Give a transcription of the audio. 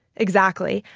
exactly.